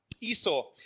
Esau